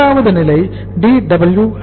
இரண்டாவது நிலை DWIP